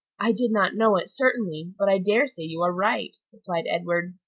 i did not know it, certainly, but i dare say you are right, replied edward.